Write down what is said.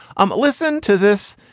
um listen to this.